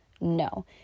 No